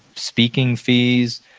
speaking fees.